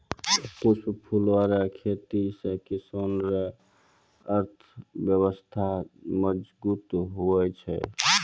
पुष्प फूलो रो खेती से किसान रो अर्थव्यबस्था मजगुत हुवै छै